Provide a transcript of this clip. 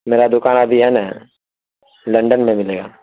میرا دکان ابھی ہے نا لنڈن میں ملے گا